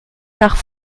nach